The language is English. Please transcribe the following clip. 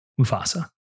Mufasa